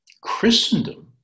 christendom